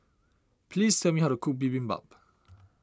please tell me how to cook Bibimbap